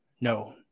no